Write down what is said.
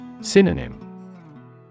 Synonym